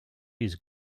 his